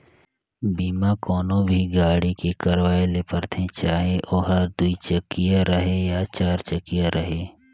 बीमा कोनो भी गाड़ी के करवाये ले परथे चाहे ओहर दुई चकिया रहें या चार चकिया रहें